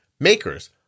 makers